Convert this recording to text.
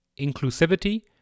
inclusivity